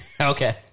Okay